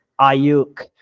Ayuk